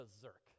berserk